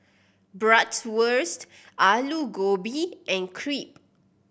Bratwurst Alu Gobi and Crepe